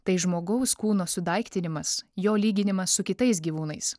tai žmogaus kūno sudaiktinimas jo lyginimas su kitais gyvūnais